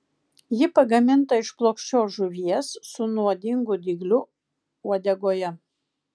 ji pagaminta iš plokščios žuvies su nuodingu dygliu uodegoje